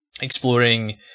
exploring